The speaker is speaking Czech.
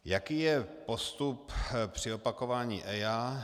Jaký je postup při opakování EIA?